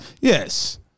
Yes